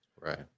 Right